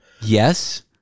Yes